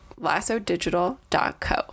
lassodigital.co